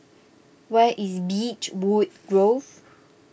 where is Beechwood Grove